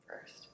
first